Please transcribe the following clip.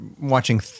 watching